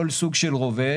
כל סוג של רובה.